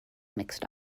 mixed